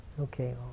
Okay